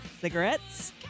cigarettes